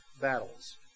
battles